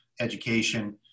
education